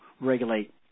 regulate